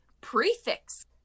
prefix